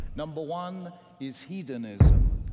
number one is hedonism,